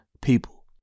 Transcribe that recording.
people